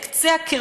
את קצה הקרחון.